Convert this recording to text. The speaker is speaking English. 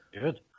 Good